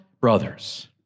brothers